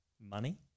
Money